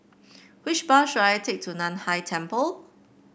which bus should I take to Nan Hai Temple